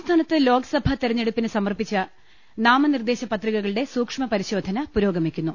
സംസ്ഥാനത്ത് ലോക്സഭാ തെരഞ്ഞെടുപ്പിന് സമർപ്പിച്ച നാമ നിർദേശ പത്രികകളുടെ സൂക്ഷ്മ പരിശോധന പുരോഗമിക്കുന്നു